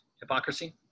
Hypocrisy